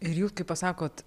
ir jūs kaip pasakot